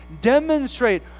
demonstrate